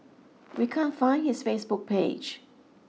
we can't find his Facebook page